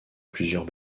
plusieurs